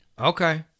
Okay